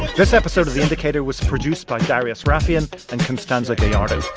this episode of the indicator was produced by darius rafieyan and constanza gallardo.